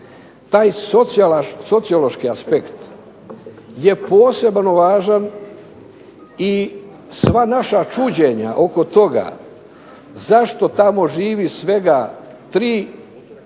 Taj sociološki aspekt je posebno važan i sva naša čuđenja oko toga zašto tamo živi svega 3,5 ili